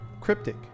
cryptic